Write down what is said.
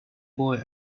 boy